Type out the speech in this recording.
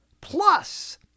plus